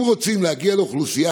אם רוצים להגיע לאוכלוסייה,